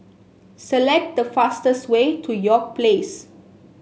select the fastest way to York Place